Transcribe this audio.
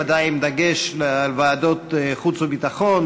ודאי עם דגש על ועדות חוץ וביטחון,